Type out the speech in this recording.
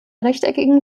rechteckigen